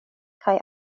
kaj